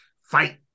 fight